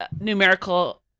numerical